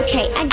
Okay